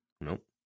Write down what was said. Nope